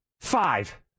Five